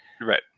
right